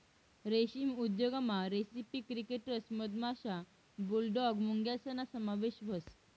रेशीम उद्योगमा recipe crickets मधमाशा, बुलडॉग मुंग्यासना समावेश व्हस